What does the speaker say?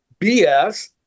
BS